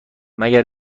مگر